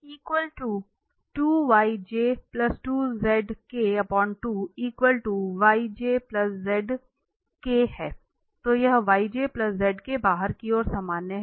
तो यह बाहर की ओर सामान्य है